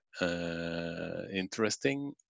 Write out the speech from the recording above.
interesting